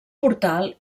portal